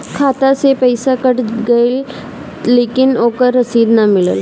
खाता से पइसा कट गेलऽ लेकिन ओकर रशिद न मिलल?